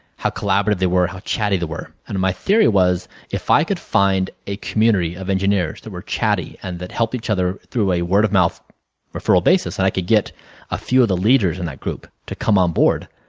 how collaborative they were, how chatty they were. and my theory was if i could find a community of engineers that were chatty and that helped each other through a word of mouth referral basis, and i could get a few of the leaders in that group to come on board,